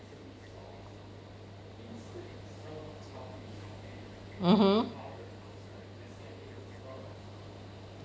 mmhmm